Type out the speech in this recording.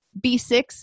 B6